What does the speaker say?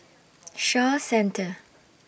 Shaw Centre